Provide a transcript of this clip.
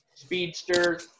speedster